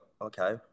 Okay